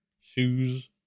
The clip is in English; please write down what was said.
shoes